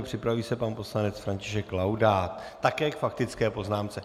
Připraví se pan poslanec František Laudát také k faktické poznámce.